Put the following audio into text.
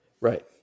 Right